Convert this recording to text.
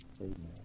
amen